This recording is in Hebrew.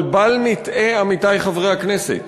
אבל בל נטעה, עמיתי חברי הכנסת: